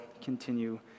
continue